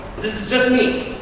this is just me,